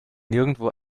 nirgendwo